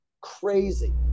crazy